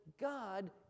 God